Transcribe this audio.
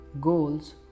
goals